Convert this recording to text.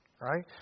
right